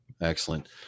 excellent